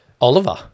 Oliver